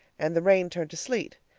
and the rain turned to sleet.